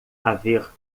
haver